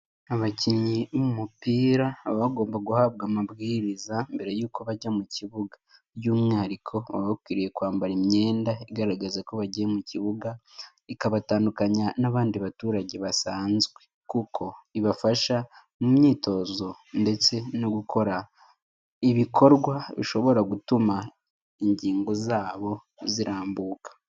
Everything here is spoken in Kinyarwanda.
Abakinnyi b'umupira baba bagomba guhabwa amabwiriza mbere yuko bajya mu kibuga. By'umwihariko baba bakwiriye kwambara imyenda igaragaza ko bagiye mu kibuga, ikabatandukanya n'abandi baturage basanzwe kuko ibafasha mu myitozo ndetse no gukora ibikorwa bishobora gutuma ingingo zabo zirambuka.